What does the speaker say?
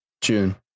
June